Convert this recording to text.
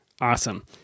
awesome